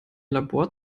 labor